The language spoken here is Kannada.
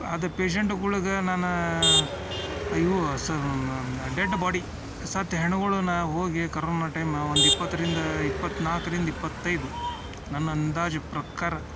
ಅದು ಪೇಶಂಟ್ಗಳಿಗೆ ನಾನಾ ಅಯ್ಯೋ ಡೆಡ್ ಬಾಡಿ ಸತ್ತ ಹೆಣಗಳನ್ನು ಹೋಗಿ ಕರೋನ ಟೈಮ ಒಂದು ಇಪ್ಪತ್ತರಿಂದ ಇಪ್ಪತ್ತು ನಾಲ್ಕರಿಂದ ಇಪ್ಪತ್ತೈದು ನನ್ನ ಅಂದಾಜು ಪ್ರಕಾರ